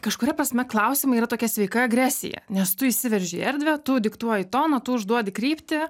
kažkuria prasme klausimai yra tokia sveika agresija nes tu įsiverži į erdvę tu diktuoji toną tu užduodi kryptį